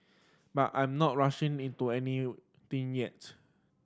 but I'm not rushing into anything yet